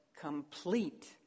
Complete